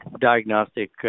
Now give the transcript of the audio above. diagnostic